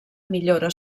millora